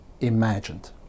imagined